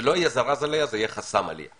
זה לא יהיה זרז עלייה אלא זה יהיה חסם עלייה,